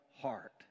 heart